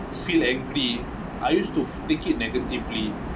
feel angry I used to take it negatively